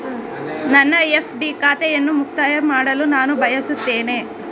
ನನ್ನ ಎಫ್.ಡಿ ಖಾತೆಯನ್ನು ಮುಕ್ತಾಯ ಮಾಡಲು ನಾನು ಬಯಸುತ್ತೇನೆ